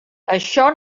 això